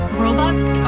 robots